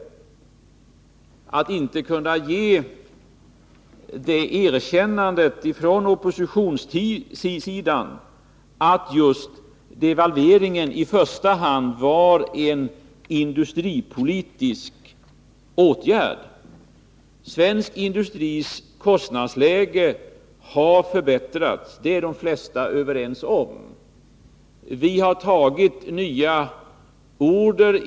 Man vill från oppositionens sida inte ge det erkännandet att just devalveringen i första hand var en industripolitisk åtgärd. Svensk industris kostnadsläge har förbättrats — det är de flesta överens om. Svensk industri har tagit hem nya order.